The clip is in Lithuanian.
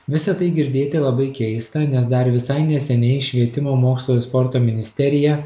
visa tai girdėti labai keista nes dar visai neseniai švietimo mokslo ir sporto ministerija